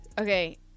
Okay